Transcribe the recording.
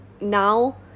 now